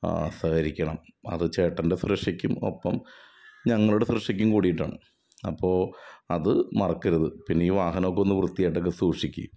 സഹകരിക്കണം അത് ചേട്ടൻ്റെ സുരക്ഷയ്ക്കും ഒപ്പം ഞങ്ങളുടെ സുരക്ഷയ്ക്കും കൂടീട്ടാണ് അപ്പോൾ അത് മറക്കരുത് പിന്നെ ഈ വാഹനമൊക്കെ ഒന്ന് വൃത്തിയായിട്ട് സൂക്ഷിക്ക്